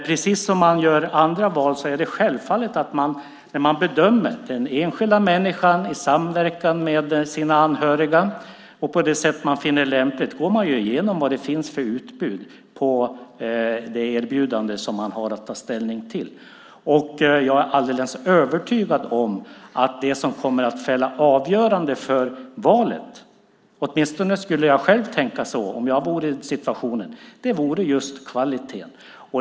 Precis som man gör andra val är det självklart att den enskilda människan, i samverkan med anhöriga och på det sätt man finner lämpligt, går igenom det utbud som finns i de erbjudanden man har att ta ställning till. Jag är alldeles övertygad om att det som kommer att fälla avgörande för valet - åtminstone skulle jag själv tänka så om jag vore i den situationen - vore just kvaliteten.